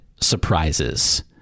surprises